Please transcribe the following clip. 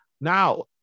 now